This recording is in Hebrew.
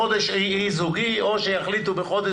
כל חודש אי-זוגי או שיחליטו בחודש